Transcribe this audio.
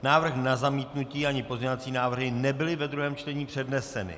Návrh na zamítnutí ani pozměňovací návrhy nebyly ve druhém čtení předneseny.